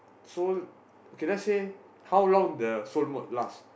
soul can I say how long the soul mode last